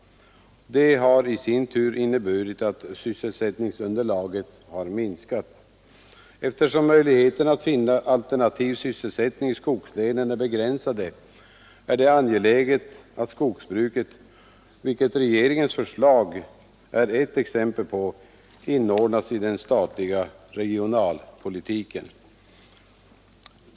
Detta har i sin tur inneburit att sysselsättningsunderlaget minskat. Eftersom möjligheterna att finna alternativ sysselsättning i skogslänen är begränsade är det angeläget att skogsbruket — vilket regeringens förslag är ett exempel på — inordnas i den statliga regionalpolitiken.